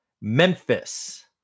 Memphis